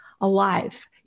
alive